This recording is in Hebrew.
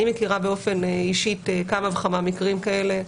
אני מכירה באופן אישי כמה וכמה מקרים כאלה.